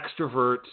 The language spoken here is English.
extroverts